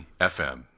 FM